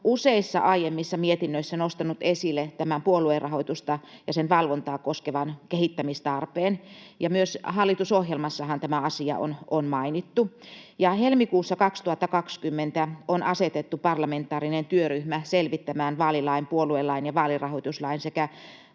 useissa aiemmissa mietinnöissä nostanut esille tämän puoluerahoitusta ja sen valvontaa koskevan kehittämistarpeen, ja myös hallitusohjelmassahan tämä asia on mainittu. Helmikuussa 2020 on asetettu parlamentaarinen työryhmä selvittämään vaalilain, puoluelain ja vaalirahoituslain sekä